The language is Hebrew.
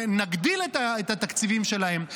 נגדיל את התקציבים שלהם.